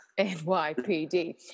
NYPD